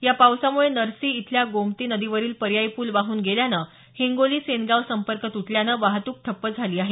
या पावसामुळे नर्सी इथल्या गोमती नदीवरील पर्यायी पूल वाहून गेल्यानं हिंगोली सेनगाव संपर्क तुटल्यानं वाहतूक ठप्प झाली आहे